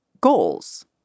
goals